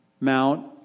Mount